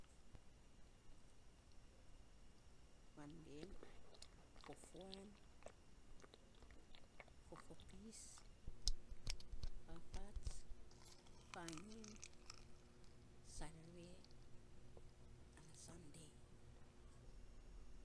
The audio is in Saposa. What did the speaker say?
mande, fofoan, fofopis, fafats, fangim, sarere ana sande.